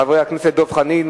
חברי הכנסת דב חנין,